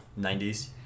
90s